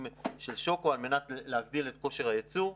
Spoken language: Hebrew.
של שוקו על מנת להגדיל את כושר הייצור,